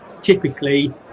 Typically